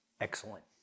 Excellent